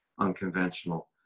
unconventional